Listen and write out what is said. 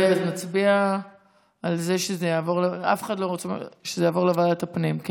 אז נצביע על העברה לוועדת הפנים.